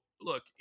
look